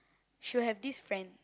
she'll have this friend